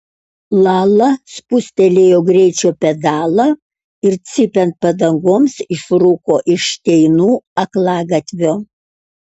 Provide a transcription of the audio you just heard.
lala spustelėjo greičio pedalą ir cypiant padangoms išrūko iš šteinų aklagatvio